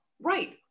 right